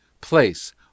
Place